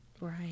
Right